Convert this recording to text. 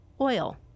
oil